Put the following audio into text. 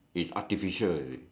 it's artificial you see